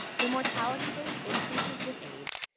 the mortality rate increases with age,